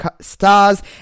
stars